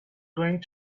going